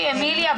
אמיליה,